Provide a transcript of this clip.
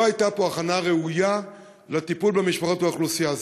לא הייתה פה הכנה ראויה לטיפול במשפחות ובאוכלוסייה.